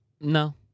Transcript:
No